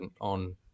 on